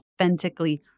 authentically